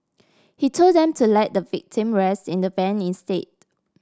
he told them to let the victim rest in the van instead